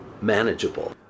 manageable